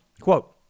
Quote